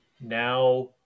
Now